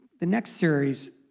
the next series,